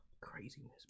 Craziness